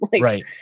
Right